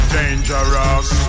Dangerous